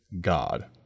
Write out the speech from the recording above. God